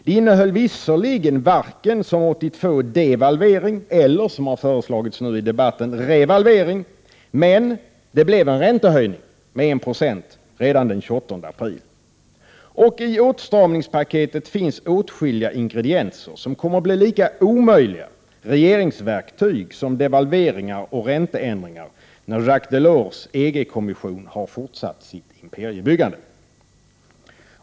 Det innehöll visserligen varken som 1982 devalvering eller som nu har föreslagits i debatten revalvering, men det blev en räntehöjning med 1 96 redan den 28 april. I åtstramningspaketet finns det åtskilliga ingredienser som kommer att bli lika omöjliga regeringsverktyg som devalveringar och ränteändringar när Jacques Delors EG-kommission har fortsatt sitt imperiebyggande.